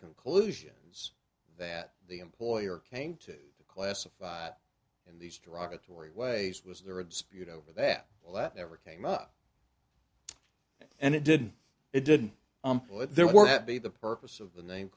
conclusions that the employer came to classified in these derogatory way was there a dispute over that well that ever came up and it didn't it didn't there were that be the purpose of the name